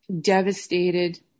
devastated